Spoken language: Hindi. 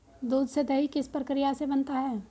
दूध से दही किस प्रक्रिया से बनता है?